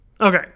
Okay